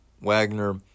Wagner